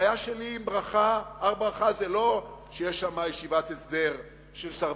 הבעיה שלי עם הר-ברכה זה לא שיש שם ישיבת הסדר של סרבנים.